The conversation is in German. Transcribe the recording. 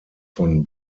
von